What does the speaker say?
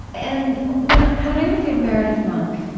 and when when i interviewed meredith monk,